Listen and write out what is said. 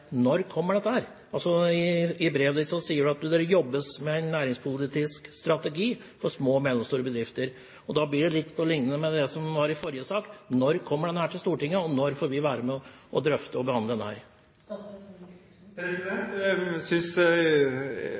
jobbes «med en næringspolitisk strategi for små og mellomstore bedrifter». Og da blir det litt på linje med det som var i forrige sak: Når kommer denne til Stortinget? Når får vi være med på å drøfte og behandle denne? Jeg synes